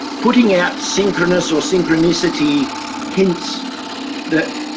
putting out synchronous or synchronicity hints that.